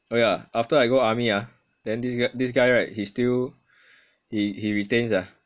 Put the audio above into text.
oh yah after I go army ah then this g~ this guy right he still he he retain sia